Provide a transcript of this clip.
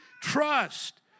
Trust